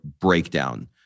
breakdown